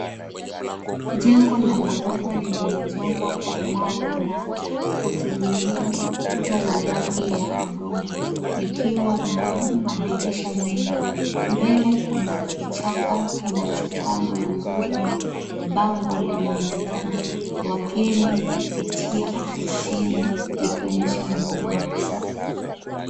Jengo la ghorofa lililojengwa kwa mawe na kutumia kuta za rangi ya udongo, likiwa na madirisha mengi, mbele kuna kichaka kinachopandwa vizuri na bango linaonekana na wageni kupitia ofisini likionyesha muundo wa kisasa.